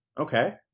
Okay